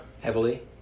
Heavily